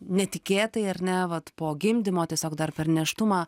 netikėtai ar ne vat po gimdymo tiesiog dar per nėštumą